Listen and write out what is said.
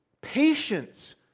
patience